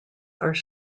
are